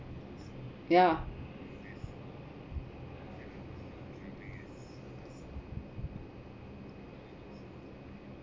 yeah